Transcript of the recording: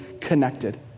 connected